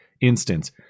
instance